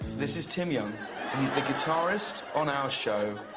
this is tim young the guitarist on our show,